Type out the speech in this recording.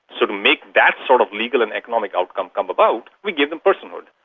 so to make that sort of legal and economic outcome come about we gave them personhood.